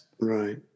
Right